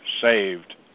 saved